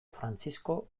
frantzisko